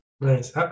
Nice